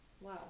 Wow